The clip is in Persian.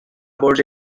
برج